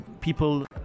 People